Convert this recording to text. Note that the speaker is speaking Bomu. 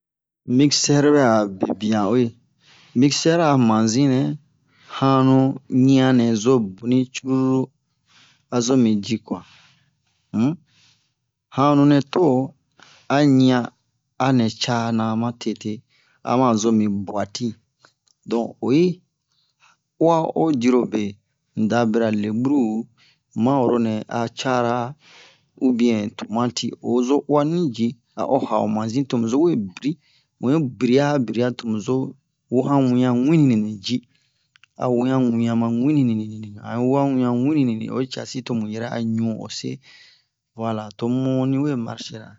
mixer bɛ a bebian uwe mixer a mazinɛ hanu ɲian nɛ zo boni cruru a zo mini ji kwa um hanu nɛ to a ɲian a nɛ ca na ma tete a ma zo mi buati don oyi uwa o dirobe unda bira leburu man'oro nɛ a cara u bien tomati o zo uwani ji a'o ha'o manzi to mu zo we biri mu'i biri'a biri'a to mu zo wo han wian wini nini ni ji a wo han wian ma wini nini ni han yi wo han wian ma wini nini ni oyi casi to mu yɛrɛ a ɲu o se vuala to mu ni we marchera ɲɲɲ